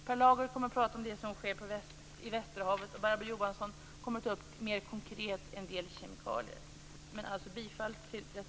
Per Lager kommer att prata om det som sker i västerhavet och Barbro Johansson kommer att mer konkret ta upp en del kemikalier.